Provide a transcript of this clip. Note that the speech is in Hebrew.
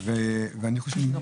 ואת זה אומרים לי אנשים שניסו,